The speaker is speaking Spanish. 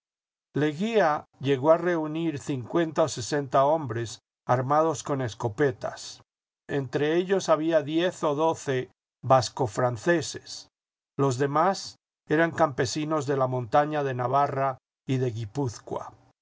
leguía llegó a reunir cincuenta o sesenta hombres armados con escopetas entre ellos había diez o doce vasco franceses los demás eran campesinos de la montaña de navarra y de